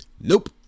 nope